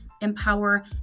empower